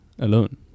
alone